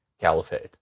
Caliphate